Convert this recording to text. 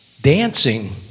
dancing